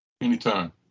Anytime